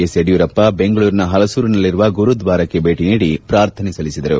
S Yediyurappa ಬೆಂಗಳೂರಿನ ಹಲಸೂರಿನಲ್ಲಿರುವ ಗುರುದ್ವಾರಕ್ಕೆ ಬೇಟಿ ನೀಡಿ ಪ್ರಾರ್ಥನೆ ಸಲ್ಲಿಸಿದರು